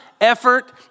effort